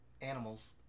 Animals